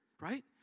Right